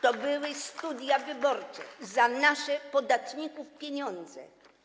To były studia wyborcze za nasze, podatników pieniądze.